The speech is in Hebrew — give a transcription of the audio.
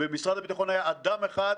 במשרד הביטחון היה אדם אחד,